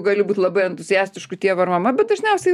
gali būt labai entuziastišku tėvu ar mama bet dažniausiai